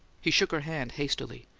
he shook her hand hastily.